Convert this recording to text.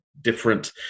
different